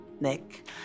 Nick